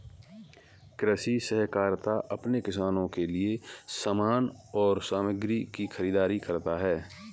कृषि सहकारिता अपने किसानों के लिए समान और सामग्री की खरीदारी करता है